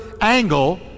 angle